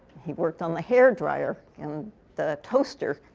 he worked on the hair dryer and the toaster.